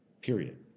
Period